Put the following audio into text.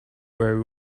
very